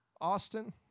Austin